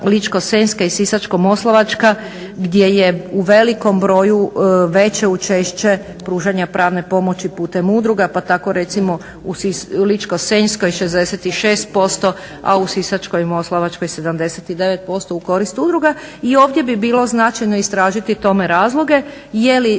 Ličko-senjska i Sisačko moslavačka gdje je u velikom broju veće učešće pružanja pravne pomoći putem udruga. Pa tako recimo u Ličko-senjskoj 66% a u Sisačko-moslavačkoj 79% u korist udruga. I ovdje bi bilo značajno istražiti tome razloge je li